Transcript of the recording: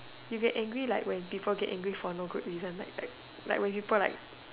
you get angry like when people get angry for no good reason like like when people like